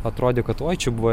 atrodė kad oi čia buvo